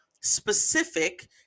specific